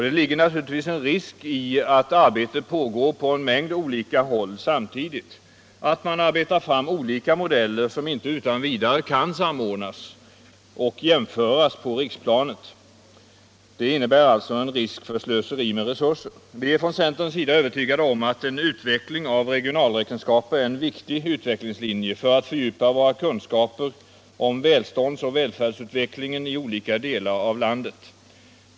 Det ligger naturligtvis en risk i att arbete pågår på en mängd olika håll samtidigt, nämligen risken att man arbetar fram olika modeller som inte utan vidare kan samordnas och jämföras på riksplanet. Det innebär alltså en risk för slöseri med resurser. Vi är från centerns sida övertygade om att en utveckling av regionalräkenskaper är en viktig utvecklingslinje för att fördjupa våra kunskaper om välståndsoch välfärdsutvecklingen i olika delar av landet.